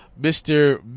Mr